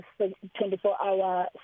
24-hour